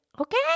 Okay